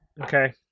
Okay